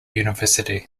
university